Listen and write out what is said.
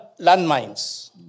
landmines